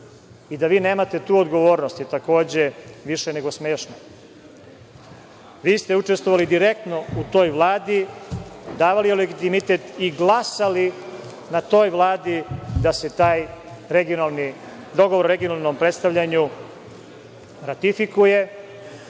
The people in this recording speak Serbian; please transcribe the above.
i da vi nemate tu odgovornost je takođe više nego smešna. Vi ste učestvovali direktno u toj Vladi, davali joj legitimitet i glasali na toj Vladi da se taj regionalni, dogovor o regionalnom predstavljanju ratifikuje,